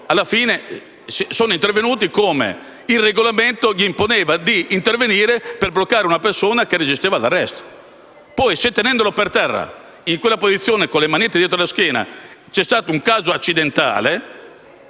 alla fine sono intervenuti come il regolamento imponeva loro di fare per bloccare una persona che resisteva all'arresto. Se tenendolo per terra in quella posizione, con le manette dietro la schiena, c'è stato un caso accidentale,